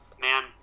man